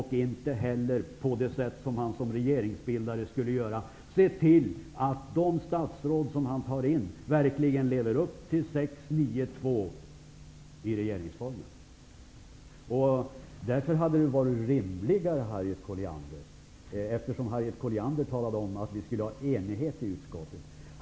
Han hade inte heller sett till att de statsråd som han utsåg verkligen levde upp till regeringsformen 6:9 2 Harriet Colliander talade om att det borde ha varit en enighet i utskottet.